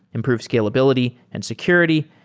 improve scalability and security,